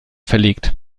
verlegt